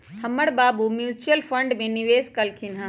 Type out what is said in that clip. हमर बाबू mutual fund में निवेश कलखिंन्ह ह